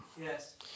Yes